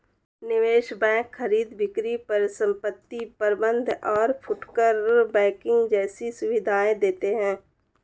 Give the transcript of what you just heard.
निवेश बैंक खरीद बिक्री परिसंपत्ति प्रबंध और फुटकर बैंकिंग जैसी सुविधायें देते हैं